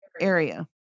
area